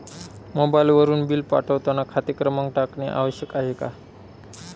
मोबाईलवरून बिल पाठवताना खाते क्रमांक टाकणे आवश्यक आहे का?